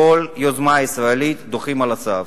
כל יוזמה ישראלית דוחים על הסף.